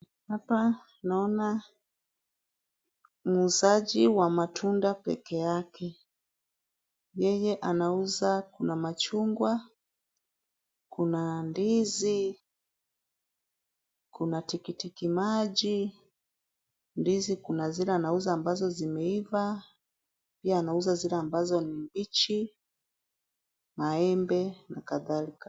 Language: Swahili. Hapa naona muuzaji wa matunda pekee yake ,yeye anauza kuna machungwa ,kuna ndizi ,kuna tikiti maji ,ndizi kuna zile anauza ambazo zimeiva pia anauza zile ambazo ni mbichi , maembe na kadhalika.